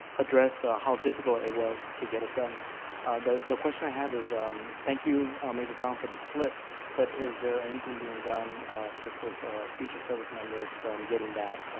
address ah how difficult it was to get it done the the question i have is um thank you major brown for the slip but is there anything being done to assess future service members from getting that